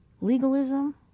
Legalism